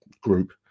group